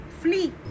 flee